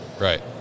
Right